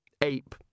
Ape